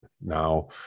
Now